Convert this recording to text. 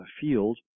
field